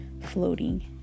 floating